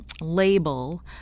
label